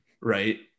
right